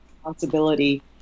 responsibility